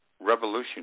revolution